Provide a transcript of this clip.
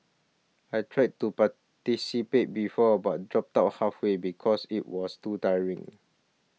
I tried to participate before but dropped out halfway because it was too tiring